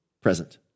present